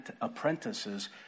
apprentices